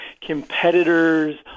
competitors